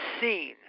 seen